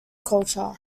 culture